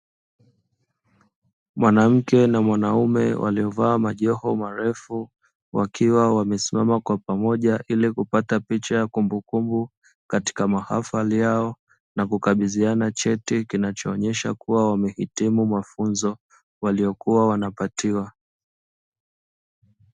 Mwanamke na mwanaume waliovaa majoho marefu, wakiwa wamesimama kwa pamoja ili kupata picha ya kumbukumbu katika mahafali yao, na kukabidhiwa cheti kinachoonyesha kuwa wamehitimu mafunzo waliyokuwa wanapatiwa.